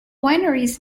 wineries